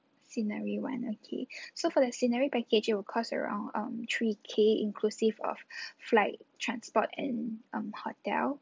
scenery one okay so for the scenery package it will cost around um three K inclusive of flight transport and um hotel